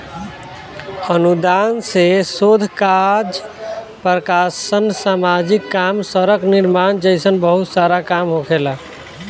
अनुदान से शोध काज प्रकाशन सामाजिक काम सड़क निर्माण जइसन बहुत सारा काम होखेला